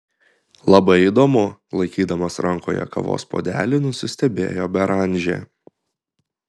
labai įdomu laikydamas rankoje kavos puodelį nusistebėjo beranžė